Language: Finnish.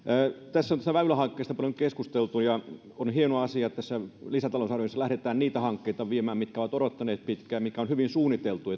tässä on näistä väylähankkeista paljon keskusteltu ja on hieno asia että tässä lisätalousarviossa lähdetään niitä hankkeita viemään mitkä ovat odottaneet pitkään ja mitkä on hyvin suunniteltu